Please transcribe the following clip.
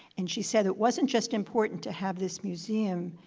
and she said it wasn't just important to have this museum.